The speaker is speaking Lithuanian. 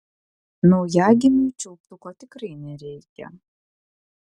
naujagimiui čiulptuko tikrai nereikia